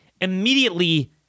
Immediately